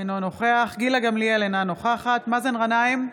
אינו נוכח גילה גמליאל, אינה נוכחת מאזן גנאים,